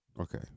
okay